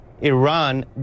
Iran